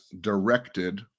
directed